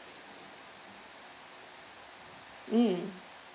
mm